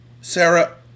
Sarah